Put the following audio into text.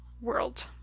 world